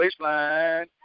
baseline